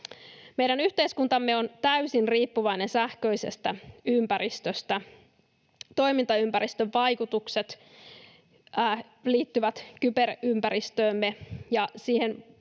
Meidän yhteiskuntamme on täysin riippuvainen sähköisestä ympäristöstä. Toimintaympäristön vaikutukset liittyvät kyberympäristöömme.